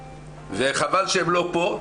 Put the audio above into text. וחבל שהם לא פה,